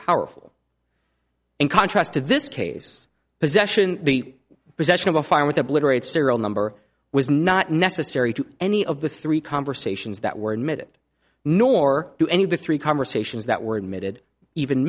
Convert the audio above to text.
powerful in contrast to this case possession the possession of a fine with obliterate serial number was not necessary to any of the three conversations that were admitted nor do any of the three conversations that were admitted even